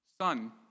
Son